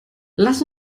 lasst